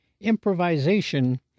Improvisation